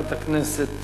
לחברת הכנסת